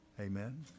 Amen